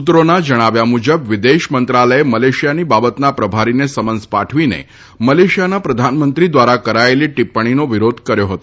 સૂત્રોના જણાવ્યા મુજબ વિદેશ મંત્રાલયે મલેશિયાની બાબતના પ્રભારીને સમન્સ પાઠવીને મલેશિયાના પ્રધાનમંત્રી દ્વારા કરાચેલી ટીપ્પણીનો વિરોધ કર્યો હતો